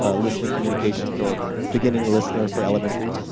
ah listening communications, or beginning listener for elementary?